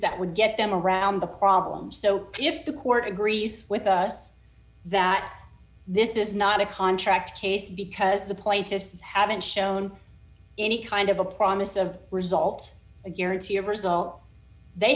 that would get them around the problem so if the court agrees with us that this is not a contract case because the plaintiffs haven't shown any kind of a promise of result a guarantee of result they